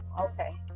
okay